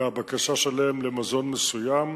מהבקשה שלהם למזון מסוים,